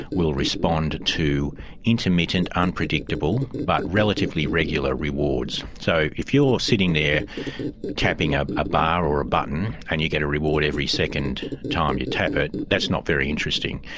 will respond to intermittent unpredictable but relatively regular rewards. so if you're sitting there tapping ah a bar or a button and you get a reward every second time you tap it, that's not very interesting,